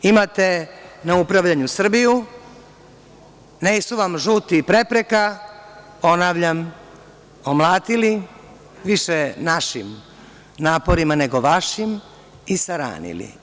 Imate na upravljanju Srbiju, nisu vam žuti prepreka, ponavljam, omlatili, više našim naporima, nego više vašim, i saranili.